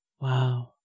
Wow